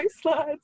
slides